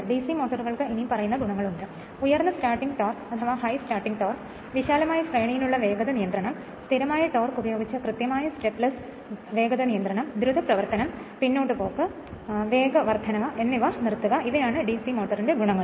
DC മോട്ടോറുകൾക്ക് ഇനിപ്പറയുന്ന ഗുണങ്ങളുണ്ട് ഉയർന്ന സ്റ്റാർട്ടിംഗ് ടോർക്ക് വിശാലമായ ശ്രേണിയിലുള്ള വേഗത നിയന്ത്രണം സ്ഥിരമായ ടോർക്ക് ഉപയോഗിച്ച് കൃത്യമായ സ്റ്റെപ്പ്ലെസ്സ് വേഗത നിയന്ത്രണം ദ്രുത പ്രവർത്തനം പിന്നോട്ട് പോക്ക് വേഗവർദ്ധന എന്നിവ നിർത്തുക ഇവയാണ് ഡിസി മോട്ടോറിന്റെ ഗുണങ്ങൾ